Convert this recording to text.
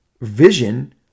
vision